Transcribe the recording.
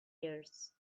years